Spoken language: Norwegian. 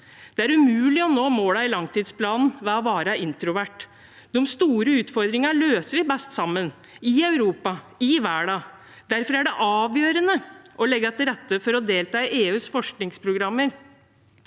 Det er umulig å nå målene i langtidsplanen ved å være introvert. De store utfordringene løser vi best sammen – i Europa, i verden. Derfor er det avgjørende å legge til rette for å delta i EUs forskningsprogrammer.